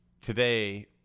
today